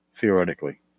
theoretically